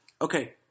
okay